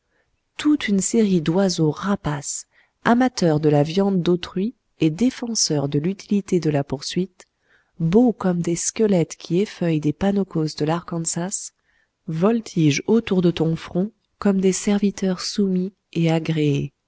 toute une série d'oiseaux rapaces amateurs de la viande d'autrui et défenseurs de l'utilité de la poursuite beaux comme des squelettes qui effeuillent des panoccos de l'arkansas voltigent autour de ton front comme des serviteurs soumis et agréés